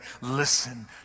listen